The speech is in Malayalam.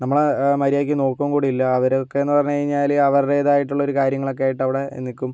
നമ്മളെ മര്യാദയ്ക്ക് നോക്കുകയും കൂടിയില്ല അവരൊക്കെന്ന് പറഞ്ഞ് കഴിഞ്ഞാല് അവരുടേതായിട്ടുള്ള കാര്യങ്ങളൊക്കെയായിട്ട് അവിടെ നിൽക്കും